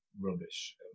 rubbish